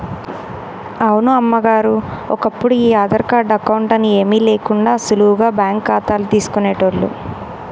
అవును అమ్మగారు ఒప్పుడు ఈ ఆధార్ కార్డు అకౌంట్ అని ఏమీ లేకుండా సులువుగా బ్యాంకు ఖాతాలు తీసుకునేటోళ్లు